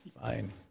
Fine